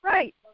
Right